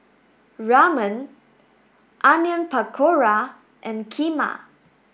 Ramen Onion Pakora and Kheema